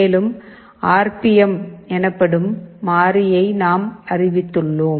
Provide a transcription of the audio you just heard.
மேலும் R P M எனப்படும் மாறியை நாம் அறிவித்துள்ளோம்